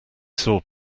saw